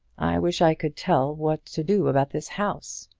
i wish i could tell what to do about this house.